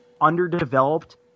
Underdeveloped